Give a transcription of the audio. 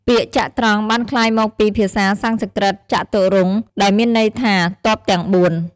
ពាក្យ ចត្រង្គ បានក្លាយមកពីភាសាសំស្ក្រឹត ចតុរង្គ ដែលមានន័យថា ទ័ពទាំងបួន។